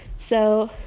so,